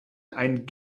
ein